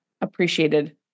appreciated